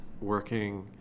working